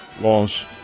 loss